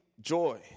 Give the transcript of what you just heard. joy